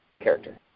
character